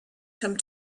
come